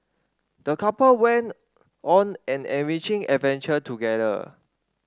the couple went on an enriching adventure together